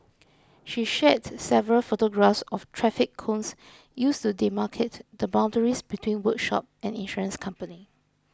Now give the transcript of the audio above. she shared several photographs of traffic cones used to demarcate the boundaries between workshop and insurance company